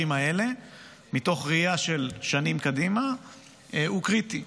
האלה מתוך ראייה של שנים קדימה הוא קריטי.